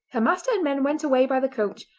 her master and men went away by the coach,